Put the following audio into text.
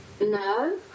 No